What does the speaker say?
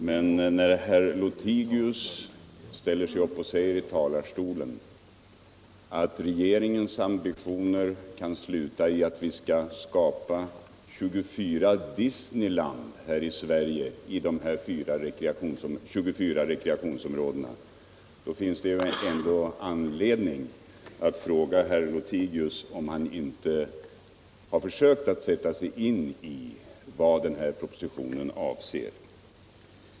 Men när herr Lothigius från kammarens talarstol påstår att regeringens ambitioner kan sluta i att vi skapar 24 Disneyland i stället för 24 rekreationsområden finns det anledning att fråga herr Lothigius om han inte har försökt sätta sig in i vad propositionen avser.